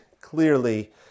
clearly